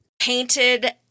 painted